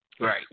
Right